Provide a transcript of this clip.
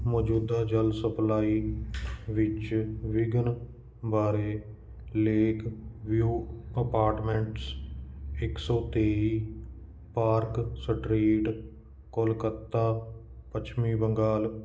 ਮੌਜੂਦਾ ਜਲ ਸਪਲਾਈ ਵਿੱਚ ਵਿਘਨ ਬਾਰੇ ਲੇਕ ਵਿਊ ਅਪਾਰਟਮੈਂਟਸ ਇੱਕ ਸੌ ਤੇਈ ਪਾਰਕ ਸਟ੍ਰੀਟ ਕੋਲਕੱਤਾ ਪੱਛਮੀ ਬੰਗਾਲ